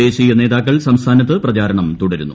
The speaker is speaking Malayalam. ദേശീയ നേതാക്കൾ സംസ്ഥാനത്ത് പ്രചാരണം തുടരുന്നു